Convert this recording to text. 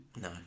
No